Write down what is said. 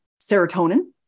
serotonin